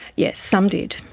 yes, some did.